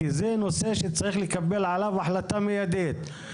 כי זה נושא שצריך לקבל עליו החלטה מיידית.